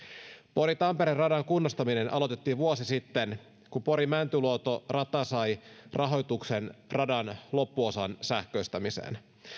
pori tampere radan kunnostaminen aloitettiin vuosi sitten kun pori mäntyluoto rata sai rahoituksen radan loppuosan sähköistämiseen